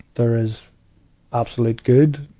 there is absolute good.